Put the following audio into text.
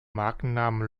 markennamen